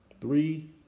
Three